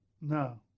No